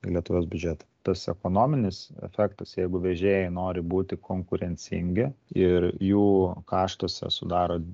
į lietuvos biudžetą tas ekonominis efektas jeigu vežėjai nori būti konkurencingi ir jų kaštuose sudara